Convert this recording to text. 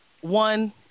one